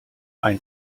ein